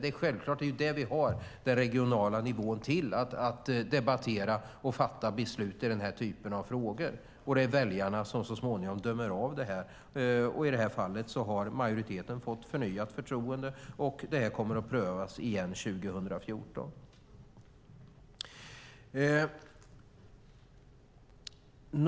Det är självklart det vi har den regionala nivån till, att debattera och fatta beslut i den här typen av frågor. Det är väljarna som så småningom dömer av det. I det här fallet fick majoriteten ett förnyat förtroende, och det kommer att prövas igen 2014.